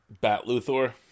Bat-Luthor